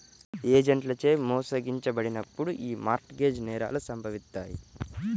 ఏజెంట్లచే మోసగించబడినప్పుడు యీ మార్ట్ గేజ్ నేరాలు సంభవిత్తాయి